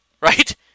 right